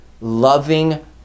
loving